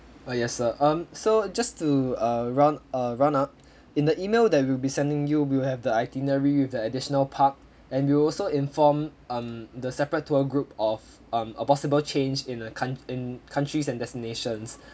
uh yes sir um so just to uh round err round up in the email that we'll be sending you will have the itinerary with the additional park and we will also inform um the separate tour group of um a possible change in the count~ in countries and destinations